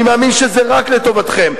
אני מאמין שזה רק לטובתכם,